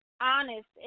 honest